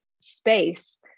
space